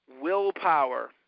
willpower